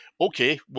Okay